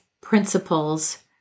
principles